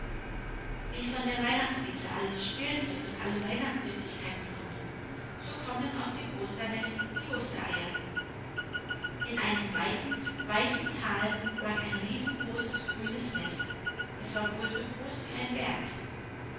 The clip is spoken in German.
wie von der weihnachtswiese alles spielzeug und alle weihnachtssüßigkeiten kommen so kommen aus dem osternest die ostereier in einem weiten weißen tal lag ein riesengroßes grünes nest es war wohl so groß wie ein berg